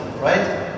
right